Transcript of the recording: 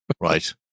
right